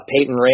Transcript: Peyton